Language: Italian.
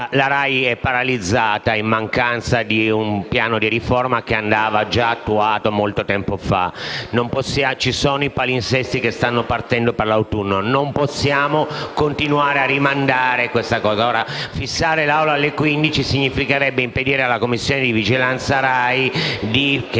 La RAI è paralizzata in mancanza di un piano di riforma che andava già attuato molto tempo fa. Ci sono i palinsesti che stanno partendo per l'autunno e non possiamo continuare a rimandare questo incontro. Anticipare l'inizio dei lavori d'Assemblea alle 15 significherebbe impedire alla Commissione di vigilanza RAI, che